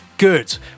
good